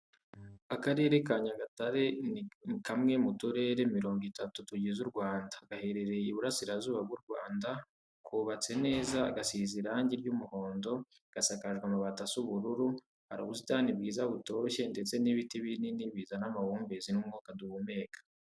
Akarere ka Nyagatare ni kamwe mu turere mirongo itatu tugize u Rwanda, gaherereye Iburasirazuba bw'u Rwanda, kubatse neza, gasize irangi ry'umuhondo, gasakajwe amabati asa ubururu, hari ubusitani bwiza butoshye, ndetse n'ibiti binini bizana amahumbezi, n'umwuka duhumeka.